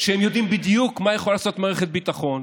שיודעים בדיוק מה יכולה לעשות מערכת הביטחון